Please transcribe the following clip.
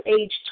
age